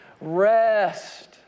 rest